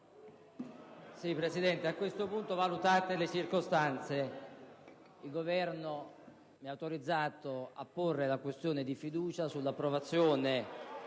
Presidente, a questo punto, valutate le circostanze, il Governo mi ha autorizzato a porre la questione di fiducia *(Vivaci